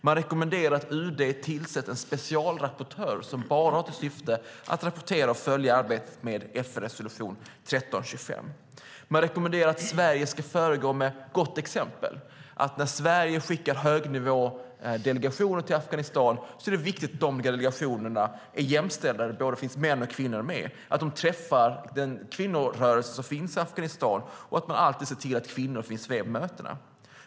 Man rekommenderar att UD tillsätter en specialrapportör som bara har till syfte att rapportera och följa arbetet med FN-resolution 1325. Man rekommenderar att Sverige ska föregå med gott exempel. När Sverige skickar högnivådelegationer till Afghanistan är det viktigt att de delegationerna är jämställda, att det finns med både män och kvinnor, att de träffar den kvinnorörelse som finns i Afghanistan och att man alltid ser till att kvinnor finns med på mötena.